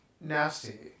nasty